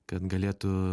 kad galėtų